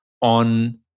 on